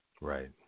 Right